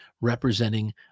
representing